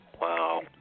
Wow